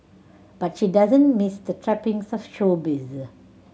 but she doesn't miss the trappings showbiz